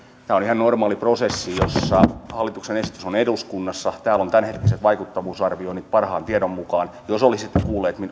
tämä on ihan normaali prosessi jossa hallituksen esitys on eduskunnassa täällä on tämänhetkiset vaikuttavuusarvioinnit parhaan tiedon mukaan jos olisitte